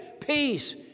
Peace